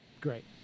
Great